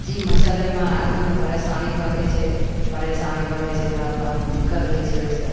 ओहिमे चलैमे आदमीकेँ परेशानी बढ़ै छै परेशानी बढ़ै छै तऽ अपन दिक्कत होइ छै ओहिसँ